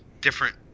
different